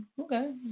Okay